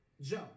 joe